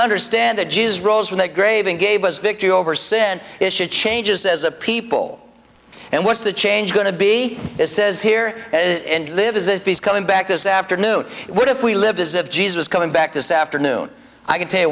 understand that jesus rose from the grave and gave us victory over sin issue changes as a people and what's the change going to be it says here and live as if he's coming back this afternoon what if we lived as if jesus was coming back this afternoon i can tell you